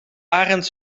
arend